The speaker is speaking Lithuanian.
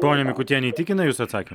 ponia mikutiene įtikina jus atsaki